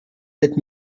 sept